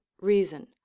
reason